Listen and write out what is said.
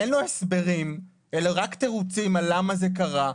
אין לו הסברים אלא רק תירוצים על למה זה קרה.